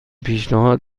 پیشنهاد